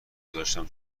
گذاشتم